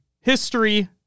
History